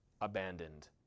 abandoned